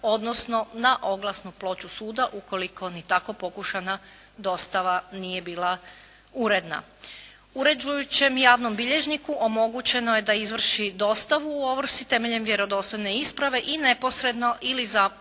odnosno na oglasnu ploču suda, ukoliko ni tako pokušana dostava nije bila uredna. Uređujućem javnom bilježniku omogućeno je da izvrši dostavu u ovrsi temeljem vjerodostojne isprave i neposredno ili putem